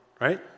right